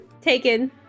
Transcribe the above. Taken